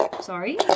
sorry